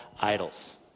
idols